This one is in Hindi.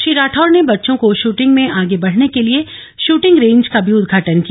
श्री राठौर ने बच्चों को शूटिंग में आगे बढ़ाने के लिए शूटिंग रेंज का भी उद्घाटन किया